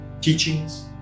teachings